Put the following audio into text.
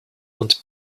und